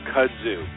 Kudzu